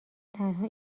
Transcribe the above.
تنها